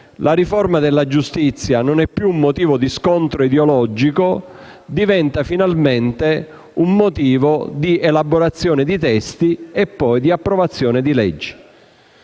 la riforma della giustizia non è più un motivo di scontro ideologico, ma diventa finalmente un motivo di elaborazione di testi e poi di approvazione di leggi.